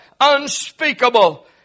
unspeakable